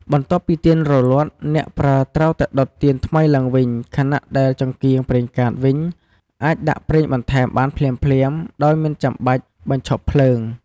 បន្ទាប់ពីទៀនរលត់ អ្នកប្រើត្រូវតែដុតទៀនថ្មីឡើងវិញ ខណៈដែលចង្កៀងប្រេងកាតវិញ អាចដាក់ប្រេងបន្ថែមបានភ្លាមៗ ដោយមិនចាំបាច់បញ្ឈប់ភ្លើង។